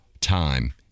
time